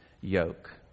yoke